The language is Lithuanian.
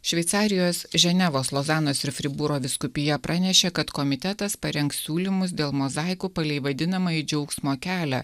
šveicarijos ženevos lozanos ir fribūro vyskupija pranešė kad komitetas parengs siūlymus dėl mozaikų palei vadinamąjį džiaugsmo kelią